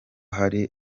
hari